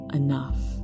enough